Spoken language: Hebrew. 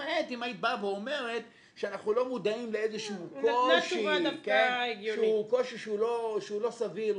למעט אם היית באה ואומרת שאנחנו לא מודעים לאיזשהו קושי שהוא לא סביר,